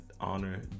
honor